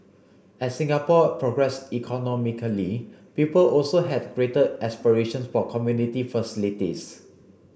as Singapore progress economically people also had greater aspirations for community facilities